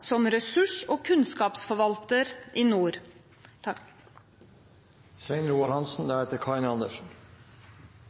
som ressurs- og kunnskapsforvalter i nord.